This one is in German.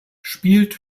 spielt